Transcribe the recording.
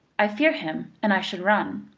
i fear him, and i should run.